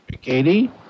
Katie